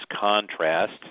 contrast